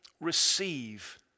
receive